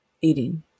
eating